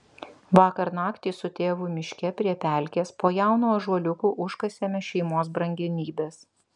vakar naktį su tėvu miške prie pelkės po jaunu ąžuoliuku užkasėme šeimos brangenybes